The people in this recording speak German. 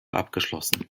abgeschlossen